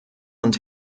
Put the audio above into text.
und